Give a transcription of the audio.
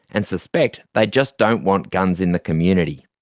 and suspect they just don't want guns in the community.